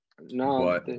no